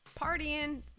partying